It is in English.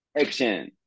action